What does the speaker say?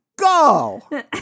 Go